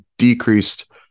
decreased